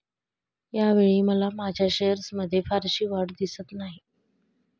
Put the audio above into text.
यावेळी मला माझ्या शेअर्समध्ये फारशी वाढ दिसत नाही